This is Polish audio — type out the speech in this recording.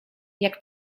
jak